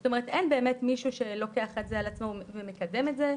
זאת אומרת אין באמת מישהו שלוקח את זה על עצמו ומקדם את זה.